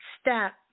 step